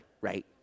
right